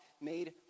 made